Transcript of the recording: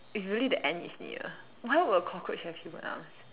it's really the end is near why would a cockroach have human arms